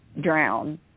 drown